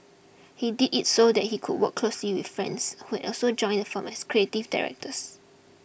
he did it so that he could work closely with friends who had also joined the firm as creative directors